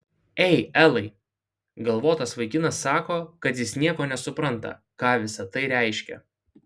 ei elai galvotas vaikinas sako kad jis nieko nesupranta ką visa tai reiškia